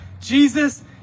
Jesus